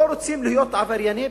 לא רוצים להיות עברייני בנייה,